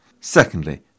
Secondly